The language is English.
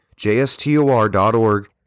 JSTOR.org